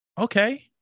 Okay